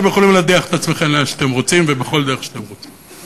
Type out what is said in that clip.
אתם יכולים להדיח את עצמכם לאן שאתם רוצים ובכל דרך שאתם רוצים.